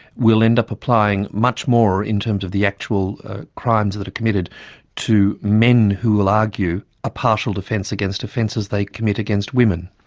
will end up applying much more in terms of the actual crimes that are committed to men who will argue a partial defence against offences they commit against women?